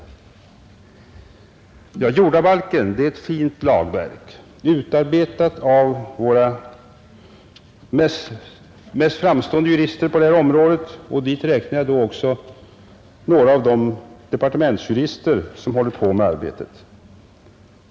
Jordabalken är ett fint lagverk, utarbetat av våra på detta område mest framstående jurister. Dit räknar jag också några av de departementsjurister som hållit på med arbetet.